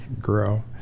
grow